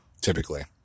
typically